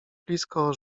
blisko